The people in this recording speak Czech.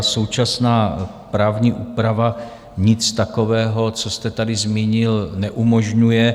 Současná právní úprava nic takového, co jste tady zmínil, neumožňuje.